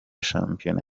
shampiyona